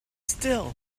still